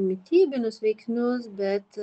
mitybinius veiksnius bet